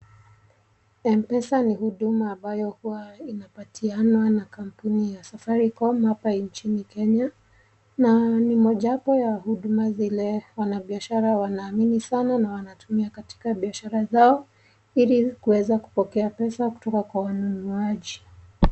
Mpesa ni huduma ambayo huwa inapatianwa na kampuni ya safaricom hapa nchini kenya na ni moja wapo ya huduma zile wanabiashara wanaamini sana na wanatumia katika biashara zao ili kuweza kupokea pesa kutoka kwa wanunuaji.